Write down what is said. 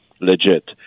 Legit